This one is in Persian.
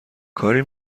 کاری